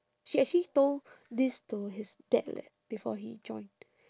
he actually told this to his dad leh before he joined